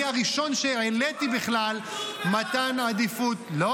אני הראשון שהעליתי בכלל מתן עדיפות --- אבל התנגדו בוועדת השרים.